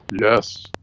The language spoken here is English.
Yes